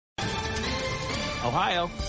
Ohio